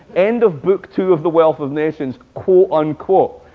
end of book two of the wealth of nations, quote, unquote.